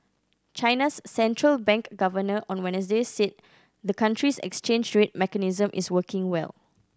China's central bank governor on Wednesday said the country's exchange rate mechanism is working well